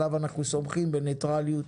עליו אנחנו סומכים בניטרליות,